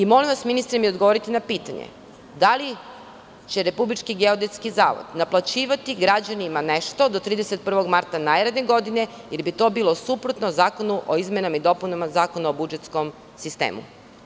Molim vas, ministre, odgovorite mi na pitanje, da li će RGZ naplaćivati građanima nešto do 31. marta naredne godine, jer bi to bilo suprotno Zakonu o izmenama i dopunama Zakona o budžetskom sistemu.